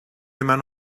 منو